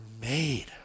made